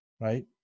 right